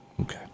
Okay